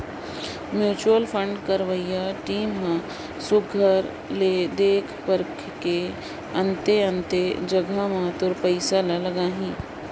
mutual fund करवइया team ह सुग्घर ले देख परेख के अन्ते अन्ते जगहा में तोर पइसा ल लगाहीं